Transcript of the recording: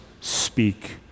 speak